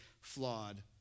flawed